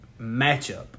matchup